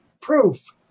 proof